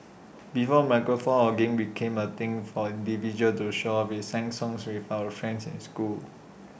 before microphone hogging became A thing for individuals to show off we sang songs with our friends in school